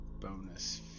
bonus